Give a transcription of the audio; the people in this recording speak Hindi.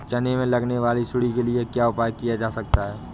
चना में लगने वाली सुंडी के लिए क्या उपाय किया जा सकता है?